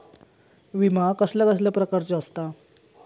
विमा कसल्या कसल्या प्रकारचो असता?